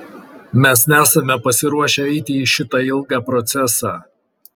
mes nesame pasiruošę eiti į šitą ilgą procesą